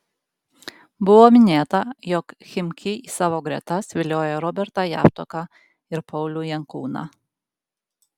buvo minėta jog chimki į savo gretas vilioja robertą javtoką ir paulių jankūną